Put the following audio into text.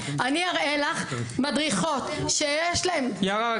אני אראה לך מדריכות שיש להם --- יערה,